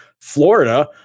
Florida